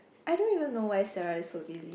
I don't even know why Sarah is so busy